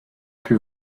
put